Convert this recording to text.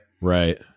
Right